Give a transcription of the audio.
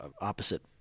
opposite